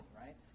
right